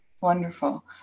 Wonderful